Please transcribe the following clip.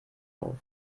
auf